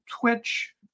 twitch